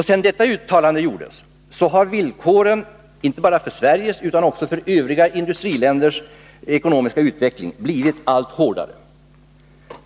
Sedan detta uttalande gjordes har villkoren för Sveriges och övriga industriländers ekonomiska utveckling blivit allt hårdare.